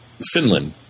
Finland